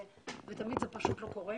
ותמיד זה פשוט לא קורה.